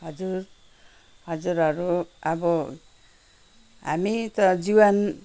हजुर हजुरहरू अब हामी त जीवन